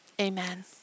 Amen